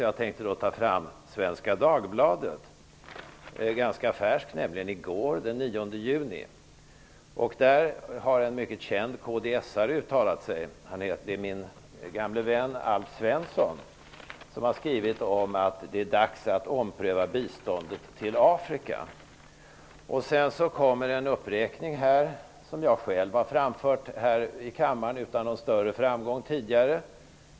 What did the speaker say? Jag tänkte ta fram Svenska Dagbladet, ett ganska färskt exemplar, från i går, den 9 juni. Där har en mycket känd kds:are uttalat sig. Det är min gamle vän Alf Svensson som har skrivit att det är dags att ompröva biståndet till Afrika. Sedan kommer en uppräkning, som jag själv har framfört tidigare här i kammaren utan någon större framgång.